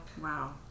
Wow